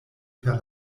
per